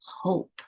hope